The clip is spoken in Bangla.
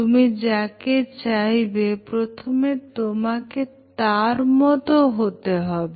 তুমি যাকে চাইবে প্রথমে তোমাকে তার মত হতে হবে